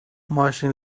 ماشین